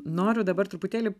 noriu dabar truputėlį